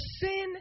sin